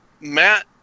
Matt